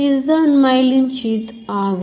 இதுதான்Myelin Sheath ஆகும்